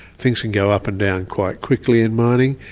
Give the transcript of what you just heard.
things can go up and down quite quickly in mining,